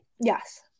Yes